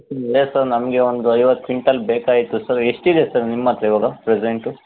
ಇಲ್ಲ ಸರ್ ನಮಗೆ ಒಂದು ಐವತ್ತು ಕ್ವಿಂಟಲ್ ಬೇಕಾಗಿತ್ತು ಸರ್ ಎಷ್ಟಿದೆ ಸರ್ ನಿಮ್ಮತ್ತಿರ ಇವಾಗ ಪ್ರೆಸೆಂಟು